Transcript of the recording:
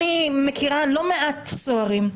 אני מכירה לא מעט סוהרים,